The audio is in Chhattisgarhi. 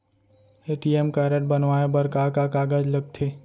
ए.टी.एम कारड बनवाये बर का का कागज लगथे?